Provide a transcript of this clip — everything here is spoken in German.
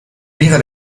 wäre